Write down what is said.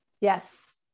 Yes